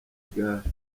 igare